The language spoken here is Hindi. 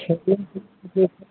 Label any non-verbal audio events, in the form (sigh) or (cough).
(unintelligible)